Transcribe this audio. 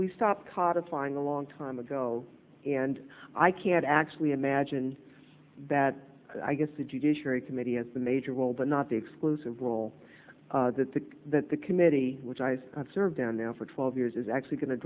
we stop caught applying a long time ago and i can't actually imagine that i guess the judiciary committee has the major role but not the exclusive role that the that the committee which eyes serve down there for twelve years is actually going to